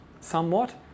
somewhat